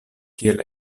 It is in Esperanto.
kiel